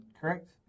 Correct